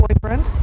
boyfriend